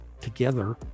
together